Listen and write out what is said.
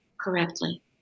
correctly